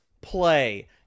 play